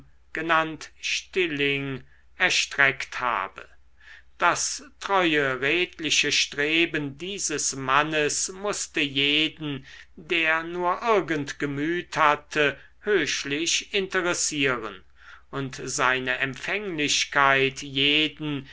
genannt stilling erstreckt habe das treue redliche streben dieses mannes mußte jeden der nur irgend gemüt hatte höchlich interessieren und seine empfänglichkeit jeden